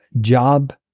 job